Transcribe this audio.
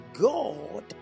God